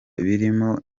birimo